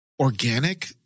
organic